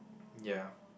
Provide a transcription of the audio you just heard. ya